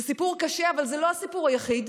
זה סיפור קשה, אבל זה לא הסיפור היחיד.